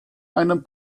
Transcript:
einem